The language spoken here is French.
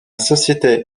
société